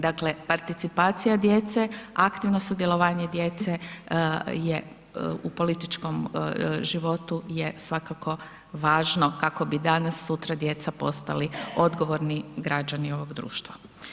Dakle participacija djece, aktivno sudjelovanje djece je u političkom životu je svakako važno kako bi danas, sutra djeca postali odgovorni građani ovog društva.